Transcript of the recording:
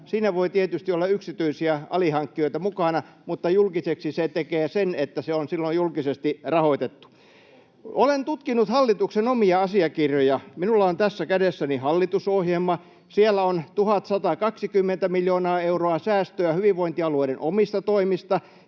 Siinä voi tietysti olla yksityisiä alihankkijoita mukana, mutta julkiseksi sen tekee se, että se on silloin julkisesti rahoitettu. Olen tutkinut hallituksen omia asiakirjoja. Minulla on tässä kädessäni hallitusohjelma. Siellä on 1 120 miljoonaa euroa säästöä hyvinvointialueiden omista toimista,